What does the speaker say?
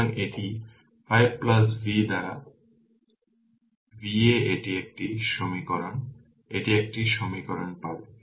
সুতরাং এটি 5V দ্বারা Va এটি একটি সমীকরণ এটি একটি সমীকরণ পাবে